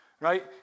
right